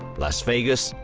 las vegas,